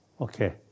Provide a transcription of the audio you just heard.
Okay